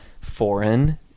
foreign